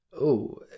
Oh